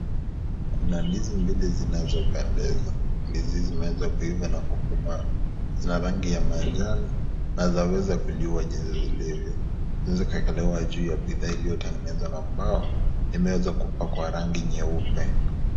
Kuna ndizi mbili zinazopendeza, ndizi hizi zimeanza kuiva na kukomaa. Zina rangi ya manjano na zaweza kuliwa jinsi zilivyo. Zimeweza kuwekelewa juu ya bidhaa iliyotengenezwa na mbao, imeeza kupakwa rangi nyeupe.